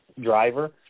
driver